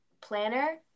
planner